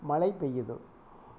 மழை பெய்யுது